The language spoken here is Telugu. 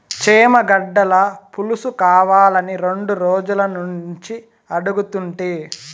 చేమగడ్డల పులుసుకావాలని రెండు రోజులనుంచి అడుగుతుంటి